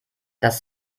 das